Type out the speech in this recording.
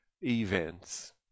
events